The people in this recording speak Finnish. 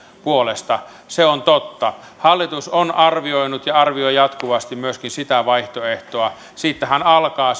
puolesta on totta hallitus on arvioinut ja arvioi jatkuvasti myöskin sitä vaihtoehtoa siitähän alkaa